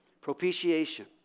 propitiation